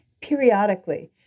periodically